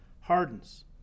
hardens